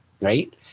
right